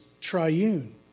triune